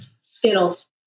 Skittles